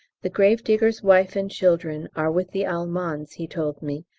the gravedigger's wife and children are with the allemands, he told me,